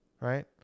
right